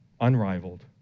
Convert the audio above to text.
unrivaled